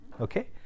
okay